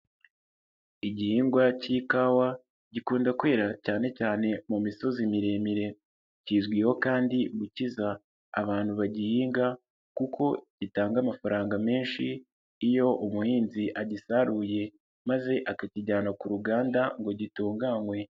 Igihingwa cy'ikawa gikunda kwera cyanecyane mu misozi miremire, kizwiho kandi gukiza abantu bagihinga kuko gitanga amafaranga menshi iyo umuhinzi agisaruye maze akakijyana ku ruganda ngo gitunganywe.